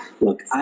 look